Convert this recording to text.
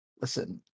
Listen